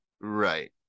right